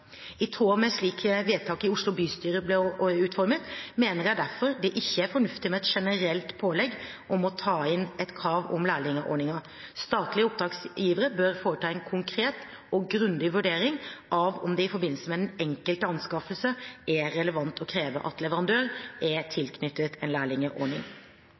I tråd med slik vedtaket i Oslo bystyre ble utformet, mener jeg det derfor ikke er fornuftig med et generelt pålegg om å ta inn et krav om lærlingordninger. Statlige oppdragsgivere bør foreta en grundig og konkret vurdering av om det i forbindelse med den enkelte anskaffelse er relevant å kreve at leverandør er tilknyttet en